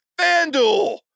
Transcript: FanDuel